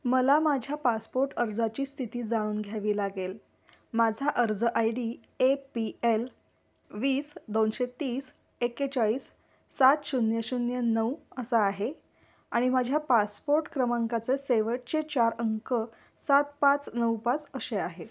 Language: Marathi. मला माझ्या पासपोर्ट अर्जाची स्थिती जाणून घ्यावी लागेल माझा अर्ज I D A P L वीस दोनशे तीस एक्केचाळीस सात शून्य शून्य नऊ असा आहे आणि माझ्या पासपोर्ट क्रमांकाचं शेवटचे चार अंक सात पाच नऊ पाच असे आहेत